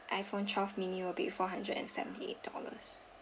iphone twelve mini will be four hundred and seventy eight dollars